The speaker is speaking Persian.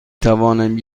توانم